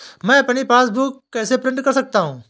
मैं अपनी पासबुक कैसे प्रिंट कर सकता हूँ?